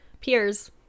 peers